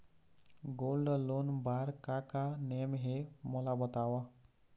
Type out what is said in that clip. Gold loan बार का का नेम हे, मोला बताव?